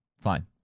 fine